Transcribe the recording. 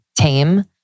tame